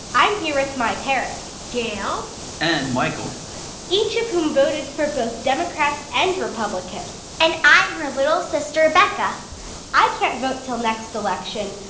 i'm here with my parents. gail and michael each of whom voted for both democrats and republicans and i'm her little sister becca i can't vote until next election,